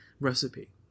recipe